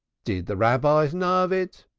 did the rabbis know of it?